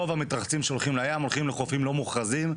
רוב המתרחצים שהולכים לים הולכים לחופים לא מוכרזים,